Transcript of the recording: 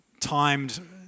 timed